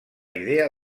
idea